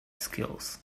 skills